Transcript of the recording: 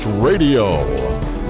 Radio